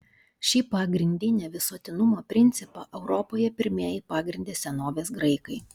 šį pagrindinį visuotinumo principą europoje pirmieji pagrindė senovės graikai